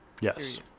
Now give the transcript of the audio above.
Yes